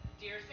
Dear